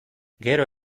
gero